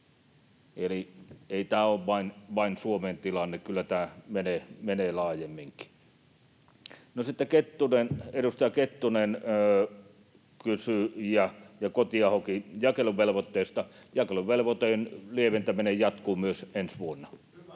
Eli ei tämä ole vain Suomen tilanne, vaan kyllä tämä menee laajemminkin. No sitten edustajat Kettunen ja Kotiaho kysyivät jakeluvelvoitteesta: Jakeluvelvoitteen lieventäminen jatkuu myös ensi vuonna.